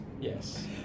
Yes